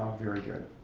very good.